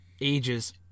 Ages